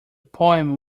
poem